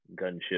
Gunship